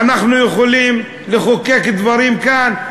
אנחנו יכולים לחוקק דברים כאן,